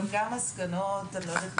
את מסיקה מסקנות, אני לא יודעת מאיפה.